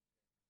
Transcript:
כן.